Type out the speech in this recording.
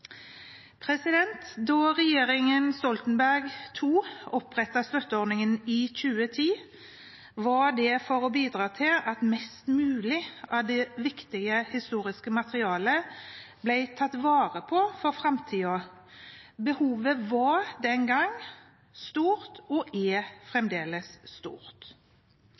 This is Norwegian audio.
iverksatt. Da regjeringen Stoltenberg II opprettet støtteordningen i 2010, var det for å bidra til at mest mulig av det viktige historiske materialet ble tatt vare på for framtiden. Behovet var den gang stort og er fremdeles stort.